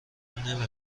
نمی